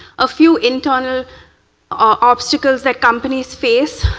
a few internal obstacles that companies face,